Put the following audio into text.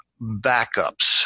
backups